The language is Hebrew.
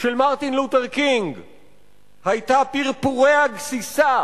של מרטין לותר קינג היתה פרפורי הגסיסה